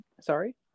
Sorry